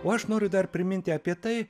o aš noriu dar priminti apie tai